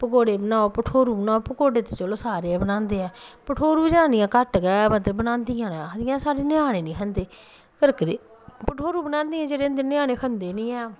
पकौड़े बनाओ भठोरू बनाओ पकौड़े ते चलो सारे गै बनांदे ऐ भठोरू जनानियां घट्ट गै मतलब बनांदियां न आखदियां ञ्यानें नी खंदे भठोरू बनादियां जेह्ड़े उं'दे ञ्यानें खंदे निं हैन